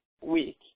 weak